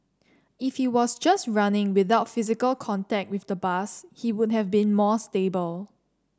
if he was just running without physical contact with the bus he would have been more stable